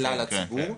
כן, כן.